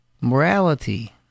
morality